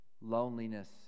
loneliness